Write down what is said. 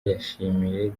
yashimiye